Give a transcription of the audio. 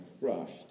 crushed